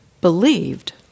believed